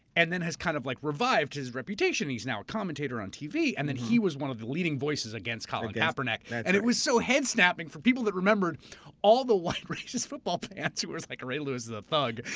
and then has kind of like revived his reputation. he's now a commentator on tv, and then he was one of the leading voices against colin kaepernick, and it was so head snapping for people that remembered all the white racist football fans who was like, ray lewis is a thug.